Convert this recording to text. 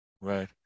Right